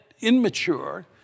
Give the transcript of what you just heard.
immature